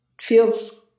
feels